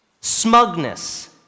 Smugness